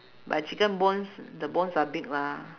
but chicken bones the bones are big lah